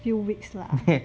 few weeks lah